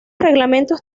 reglamentos